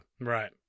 right